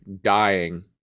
dying